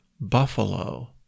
buffalo